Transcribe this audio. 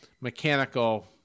mechanical